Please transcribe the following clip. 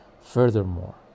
Furthermore